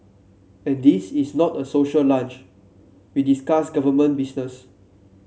and this is not a social lunch we discuss government business